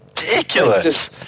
ridiculous